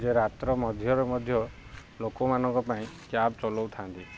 ଯେ ରାତ୍ର ମଧ୍ୟରେ ମଧ୍ୟ ଲୋକମାନଙ୍କ ପାଇଁ କ୍ୟାବ୍ ଚଲଉଥାନ୍ତି